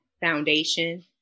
foundation